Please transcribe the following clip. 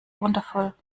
wundervoll